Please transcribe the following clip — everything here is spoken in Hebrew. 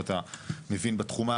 ואתה מבין בתחום.